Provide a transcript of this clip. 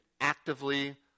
actively